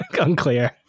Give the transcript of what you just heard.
Unclear